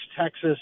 Texas